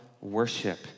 worship